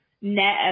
net